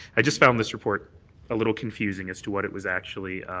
i just found this report a little confusing as to what it was actually